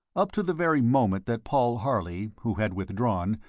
up to the very moment that paul harley, who had withdrawn,